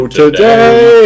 today